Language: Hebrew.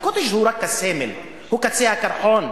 ה"קוטג'" הוא רק הסמל, הוא קצה הקרחון.